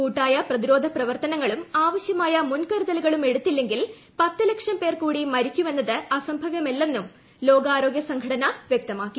കൂട്ടായ പ്രതിരോധ പ്രവർത്തനങ്ങളും ആവശ്യമായ മുൻകരുതലുകളും എടുത്തില്ലെങ്കിൽ പത്തു ലക്ഷം പേർ കൂടി മരിക്കുമെന്നത് അസംഭവ്യമല്ലെന്നും ലോകാരോഗ്യ സംഘടന വ്യക്തമാക്കി